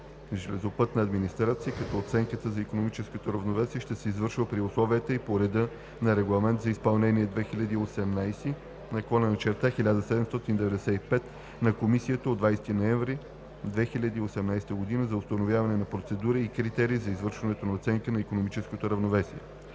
„Железопътна администрация“, като оценката на икономическото равновесие ще се извършва при условията и по реда на Регламент за изпълнение (ЕС) 2018/1795 на Комисията от 20 ноември 2018 г. за установяване на процедура и критерии за извършването на оценка на икономическото равновесие.